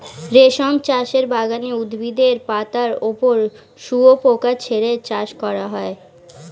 রেশম চাষের বাগানে উদ্ভিদের পাতার ওপর শুয়োপোকা ছেড়ে চাষ করা হয়